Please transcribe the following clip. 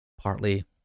partly